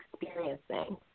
experiencing